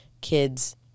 kids